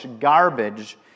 garbage